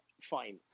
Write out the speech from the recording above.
fine